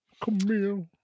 Camille